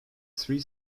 three